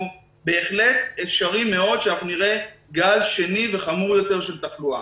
ובהחלט אפשרי מאוד שאנחנו נראה גל שני וחמור יותר של תחלואה.